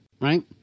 right